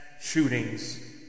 shootings